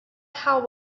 how